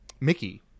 Mickey